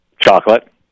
Chocolate